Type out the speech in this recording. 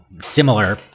similar